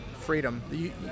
freedom